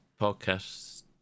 podcasts